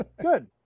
Good